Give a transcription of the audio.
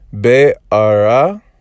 Be'ara